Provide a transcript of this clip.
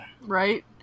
Right